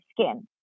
skin